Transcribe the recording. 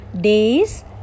days